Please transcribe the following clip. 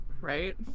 Right